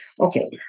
Okay